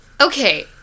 Okay